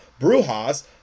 brujas